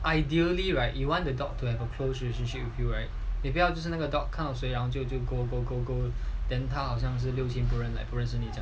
ideally right you want the dog to have a close relationship with you right 你不要就是那个 dog 看到谁 liao 就 then 他好像是六亲不认 like 不认识你这样